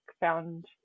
found